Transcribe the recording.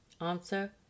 ANSWER